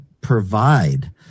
provide